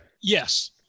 Yes